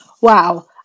wow